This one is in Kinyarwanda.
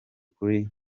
kuri